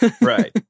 right